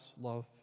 love